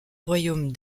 royaume